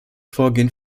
vorgehen